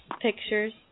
pictures